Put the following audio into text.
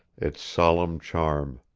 its solemn charm.